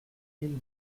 mille